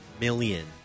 million